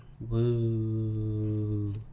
Woo